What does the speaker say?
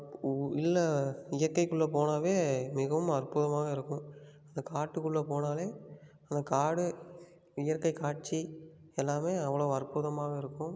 இல்லை இயற்கைக்குள்ளே போனாவே மிகவும் அற்புதமாக இருக்கும் அந்த காட்டுக்குள்ளே போனாலே அந்த காடு இயற்கைக் காட்சி எல்லாமே அவ்வளவு அற்புதமாக இருக்கும்